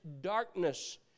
darkness